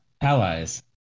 Allies